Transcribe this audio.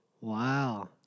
Wow